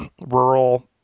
rural